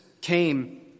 came